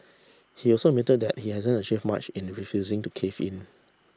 he also admitted that he hasn't achieved much in refusing to cave in